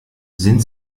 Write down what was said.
sind